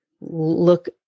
look